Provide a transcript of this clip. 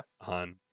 On